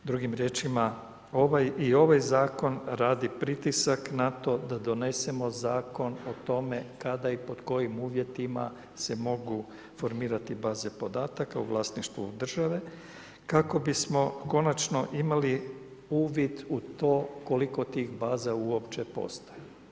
Drugim riječima, i ovaj zakon radi pritisak na to da donesemo zakon o tome kada i pod kojim uvjetima se mogu formirati bate podataka u vlasništvu države kako bismo konačno imali uvid u to koliko tih baza uopće postoji.